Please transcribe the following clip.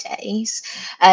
days